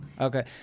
Okay